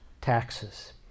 taxes